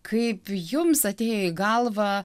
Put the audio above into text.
kaip jums atėjo į galvą